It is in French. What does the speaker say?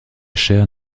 chair